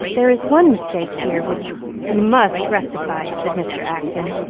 there is one mistake here which we must rectify, said mr. acton,